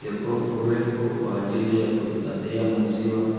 Jokofu refu kwa ajili ya kuhifadhia maziwa